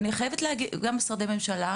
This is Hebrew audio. וגם של משרדי הממשלה,